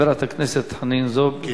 חברת הכנסת חנין זועבי.